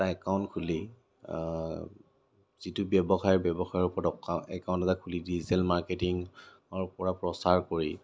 এটা একাউণ্ট খুলি যিটো ব্যৱসায় ব্যৱসায়ৰ ওপৰত অকা একাউণ্ট এটা খুলি ডিজিটেল মাৰ্কেটিঙৰ পৰা প্ৰচাৰ কৰি